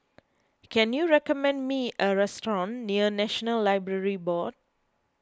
can you recommend me a restaurant near National Library Board